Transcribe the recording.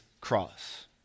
cross